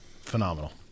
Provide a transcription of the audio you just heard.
phenomenal